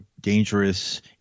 dangerous